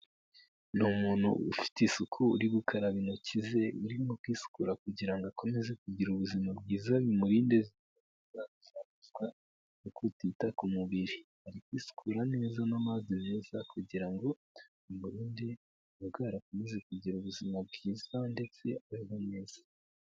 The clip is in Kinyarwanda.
Ni umuntu ufite isuku uri gukaraba intoki ze urimo kwisukura kugira ngo akomeze kugira ubuzima bwiza bimurinde zimwe mu ndwara zanduzwa no kutita ku mubiri ari kwisukura neza n'amazi meza kugira ngo bimurinde kurwara akomeze kugira ubuzima bwiza ndetse abeho neza.